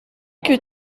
que